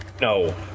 no